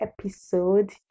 episode